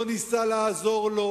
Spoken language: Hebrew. לא ניסה לעזור לו.